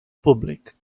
públic